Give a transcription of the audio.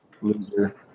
loser